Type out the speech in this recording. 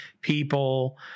people